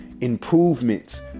improvements